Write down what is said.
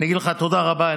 אני אגיד לך תודה רבה,